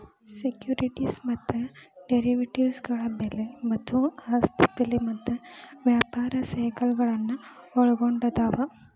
securities ಮತ್ತ ಡೆರಿವೇಟಿವ್ಗಳ ಬೆಲೆ ಮತ್ತ ಆಸ್ತಿ ಬೆಲೆ ಮತ್ತ ವ್ಯಾಪಾರ ಸೈಕಲ್ಗಳನ್ನ ಒಳ್ಗೊಂಡದ